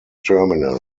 terminal